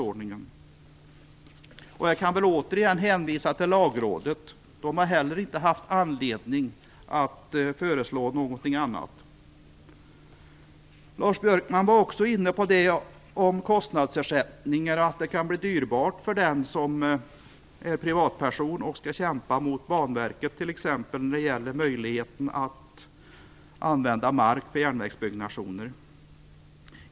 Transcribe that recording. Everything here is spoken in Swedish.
Jag kan återigen hänvisa till Lagrådet. De har inte heller haft anledning att föreslå något annat. Lars Björkman var också inne på kostnadsersättningar och att det kan bli dyrbart för en privatperson som skall kämpa mot t.ex. Banverket när det gäller möjligheten att använda mark för järnvägsbyggnation.